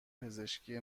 پزشکی